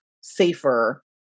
safer